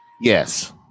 yes